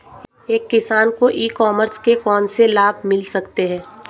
एक किसान को ई कॉमर्स के कौनसे लाभ मिल सकते हैं?